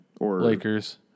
Lakers